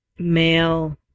male